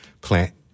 plant